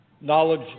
knowledge